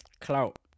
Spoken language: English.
clout